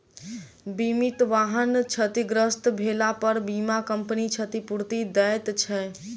बीमित वाहन क्षतिग्रस्त भेलापर बीमा कम्पनी क्षतिपूर्ति दैत छै